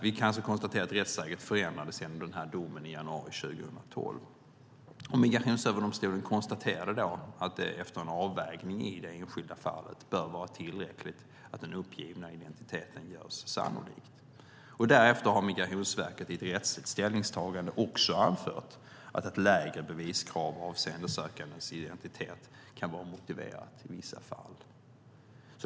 Vi kan alltså konstatera att rättsläget förändrades genom domen i januari 2012. Migrationsöverdomstolen konstaterade då att det efter en avvägning i det enskilda fallet bör vara tillräckligt att den uppgivna identiteten görs sannolik. Därefter har Migrationsverket i ett rättsligt ställningstagande anfört att ett lägre beviskrav avseende sökandens identitet kan vara motiverat i vissa fall.